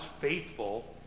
faithful